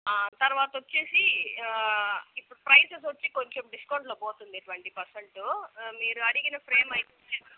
తర్వాత వచ్చేసి ఇప్పుడు ప్రైసెస్ వచ్చేసి కొంచం డిస్కౌంట్లో పోతుంది ట్వంటీ పర్సెంట్ మీరు అడిగిన ఫ్రేమ్ అయితే